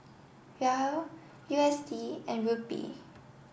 Riel U S D and Rupee